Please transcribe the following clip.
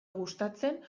gustatzen